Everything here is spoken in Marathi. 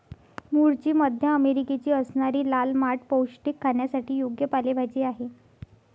मूळची मध्य अमेरिकेची असणारी लाल माठ पौष्टिक, खाण्यासाठी योग्य पालेभाजी आहे